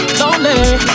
lonely